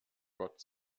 gott